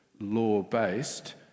law-based